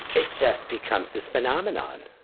it just becomes this phenomenon,